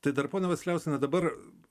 tai dar ponia vasiliauskiene dabar